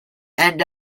end